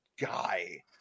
guy